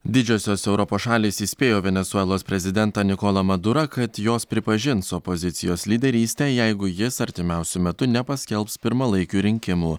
didžiosios europos šalys įspėjo venesuelos prezidentą nikolą madurą kad jos pripažins opozicijos lyderystę jeigu jis artimiausiu metu nepaskelbs pirmalaikių rinkimų